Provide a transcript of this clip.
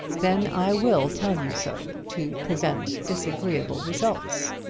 then i will tell you so to prevent disagreeable results.